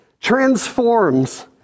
transforms